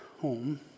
home